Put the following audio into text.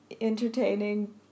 entertaining